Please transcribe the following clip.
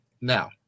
Now